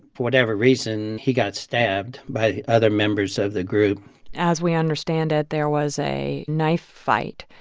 for whatever reason, he got stabbed by the other members of the group as we understand it, there was a knife fight.